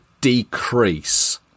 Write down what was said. decrease